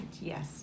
yes